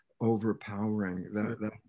overpowering